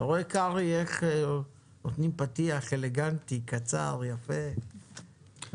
אם יש סעיף בחוק התקשורת שמחייב ערוצים מסחריים בהפקות מקומיות,